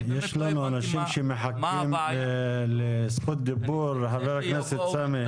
יש לנו אנשים שמחכים לזכות דיבור, חבר הכנסת סמי.